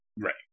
Right